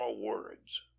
words